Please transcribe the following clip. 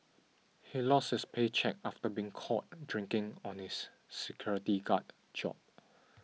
he lost his paycheck after being caught drinking on his security guard job